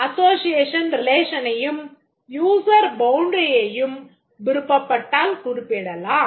Association Relationனையும் user boundaryயையும் விருப்பப்பட்டால் குறிப்பிடலாம்